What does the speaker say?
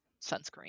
sunscreen